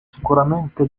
sicuramente